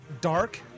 dark